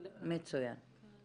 מצוין.